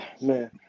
man